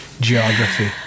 geography